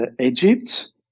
Egypt